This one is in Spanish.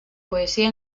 poesía